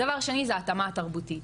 הדבר השני זה ההתאמה התרבותית.